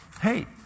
hey